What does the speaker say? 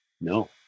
no